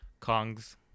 Kongs